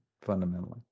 fundamentally